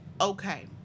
Okay